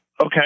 Okay